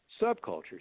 subcultures